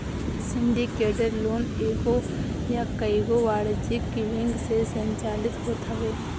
syndicated loan एगो या कईगो वाणिज्यिक बैंक से संचालित होत हवे